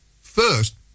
First